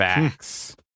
Facts